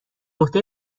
عهده